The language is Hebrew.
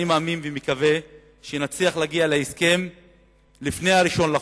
אני מאמין ומקווה שנצליח להגיע להסכם לפני ה-1 בחודש.